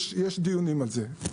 יש דיונים על זה.